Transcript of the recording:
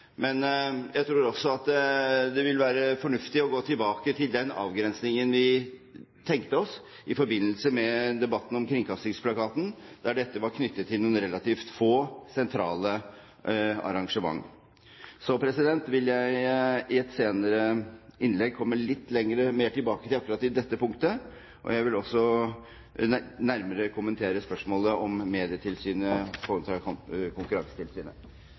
men jeg tror også at det vil være fornuftig å gå tilbake til den avgrensningen vi tenkte oss i forbindelse med debatten om kringkastingsplakaten, der dette var knyttet til noen relativt få sentrale arrangement. Så vil jeg i et senere innlegg komme litt mer tilbake til akkurat dette punktet, og jeg vil også nærmere kommentere spørsmålet om Medietilsynet i forhold til Konkurransetilsynet.